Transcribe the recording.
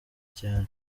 cyane